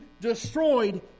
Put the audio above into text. destroyed